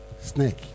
snake